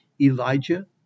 Elijah